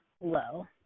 low